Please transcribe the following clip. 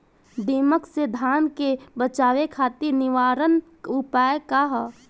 दिमक से धान के बचावे खातिर निवारक उपाय का ह?